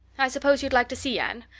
i suppose you'd like to see anne.